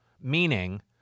meaning